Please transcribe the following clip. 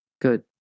good